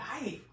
life